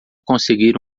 conseguir